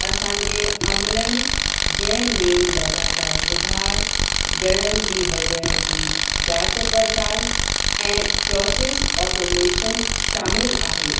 असांजे अमिलन जंहिं में लॻातार सुधार जड़नि जी वजह जी जाच पड़ताल ऐं प्रोसेस ऑटोमेशन शामिल आहे